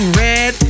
red